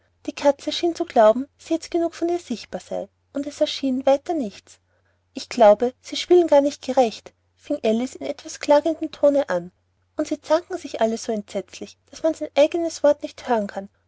die katze schien zu glauben daß jetzt genug von ihr sichtbar sei und es erschien weiter nichts ich glaube sie spielen gar nicht gerecht fing alice in etwas klagendem tone an und sie zanken sich alle so entsetzlich daß man sein eigenes wort nicht hören kann